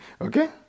Okay